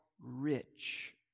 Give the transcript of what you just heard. rich